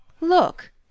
Look